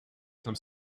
some